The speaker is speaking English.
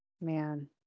Man